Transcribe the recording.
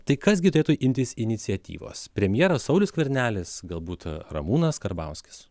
tai kas turėtų imtis iniciatyvos premjeras saulius skvernelis galbūt ramūnas karbauskis